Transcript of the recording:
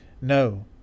No